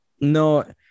no